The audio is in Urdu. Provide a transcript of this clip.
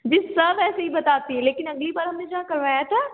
جی سب ایسے ہی بتاتی ہیں لیکن اگلی بار ہم نے جہاں کروایا تھا